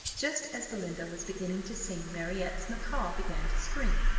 just as belinda was beginning to sing, marriott's macaw began to scream,